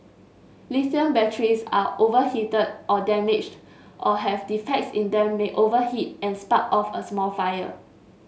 lithium batteries are overheated or damaged or have defects in them may overheat and spark off a small fire